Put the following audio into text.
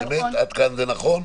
עד כאן זה נכון?